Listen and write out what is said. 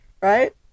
Right